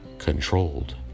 controlled